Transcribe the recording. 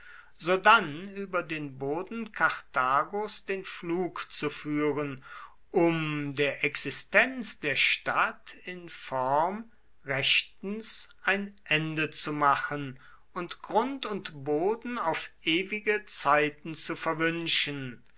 sodann über den boden karthagos den pflug zu führen um der existenz der stadt in form rechtens ein ende zu machen und grund und boden auf ewige zeiten zu verwünschen